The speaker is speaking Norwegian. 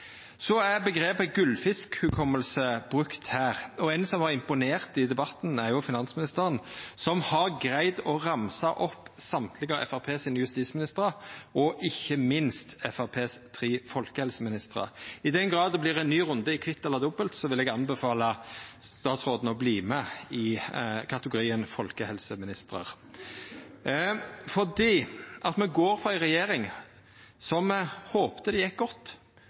Så er omgrepet «gullfiskhukommelse» brukt her. Ein som har imponert i debatten, er finansministeren, som har greidd å ramsa opp alle justisministrane frå Framstegspartiet og ikkje minst dei tre folkehelseministrane frå Framstegspartiet. I tilfelle det vert ein ny runde i Kvitt eller dobbelt, vil eg anbefala statsråden å verta med i kategorien «folkehelseministrar». Me går frå ei regjering som håpte det gjekk godt,